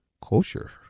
kosher